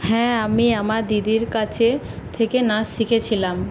হ্যাঁ আমি আমার দিদির কাছে থেকে নাচ শিখেছিলাম